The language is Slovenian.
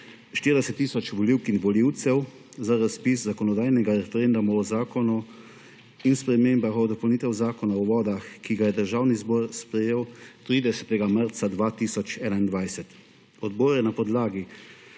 40 tisoč volivk in volivcev za razpis zakonodajnega referenduma o Zakonu o spremembah in dopolnitvah Zakona o vodah, ki ga je Državni zbor sprejel 30. marca 2021. Odbor je na podlagi